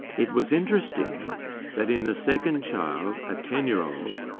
it was interesting that in the second child, a ten-year-old,